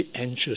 anxious